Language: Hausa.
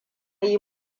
yi